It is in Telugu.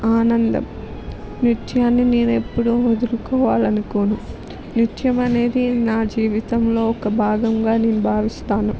ఆనందం నృత్యాన్ని నేనెప్పుడూ వదులుకోవాలనుకోను నృత్యం అనేది నా జీవితంలో ఒక భాగంగా నేను భావిస్తాను